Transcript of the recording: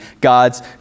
God's